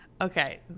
Okay